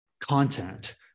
content